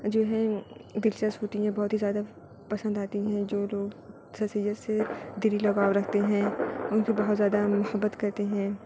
جو ہے دلچسپ ہوتی ہیں بہت ہی زیادہ پسند آتی ہیں جو لوگ سر سید سے دلی لگاؤ رکھتے ہیں ان کی محبت زیادہ محبت کرتے ہیں